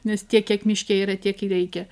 nes tiek kiek miške yra tiek ir reikia